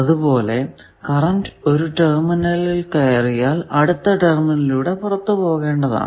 അതുപോലെ കറന്റ് ഒരു ടെർമിനലിൽ കയറിയാൽ അടുത്ത ടെർമിനലിലൂടെ പുറത്തു പോകേണ്ടതാണ്